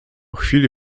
chwili